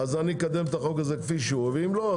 אקדם את החוק הזה כפי שהוא ואם לא,